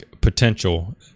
potential